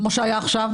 כמו שהיה עכשיו?